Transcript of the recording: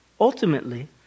Ultimately